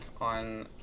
on